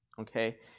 okay